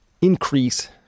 increase